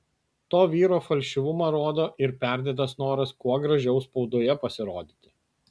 to vyro falšyvumą rodo ir perdėtas noras kuo gražiau spaudoje pasirodyti